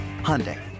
Hyundai